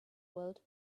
world